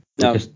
no